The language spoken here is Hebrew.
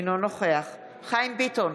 אינו נוכח חיים ביטון,